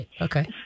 Okay